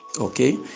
okay